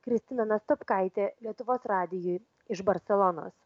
kristina nastopkaitė lietuvos radijui iš barselonos